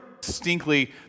distinctly